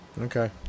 Okay